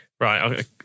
right